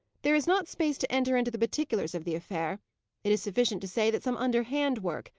there is not space to enter into the particulars of the affair it is sufficient to say that some underhand work,